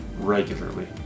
regularly